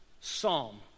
psalm